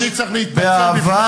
אדוני צריך להתנצל בפני,